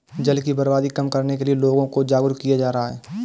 जल की बर्बादी कम करने के लिए लोगों को जागरुक किया जा रहा है